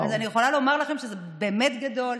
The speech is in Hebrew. אז אני יכולה לומר לכם שזה באמת גדול,